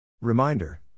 Reminder